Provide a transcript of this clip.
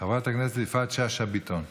חברת הכנסת יפעת שאשא ביטון.